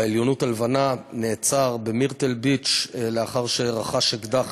בעליונות הלבנה נעצר במירטל-ביץ' לאחר שרכש אקדח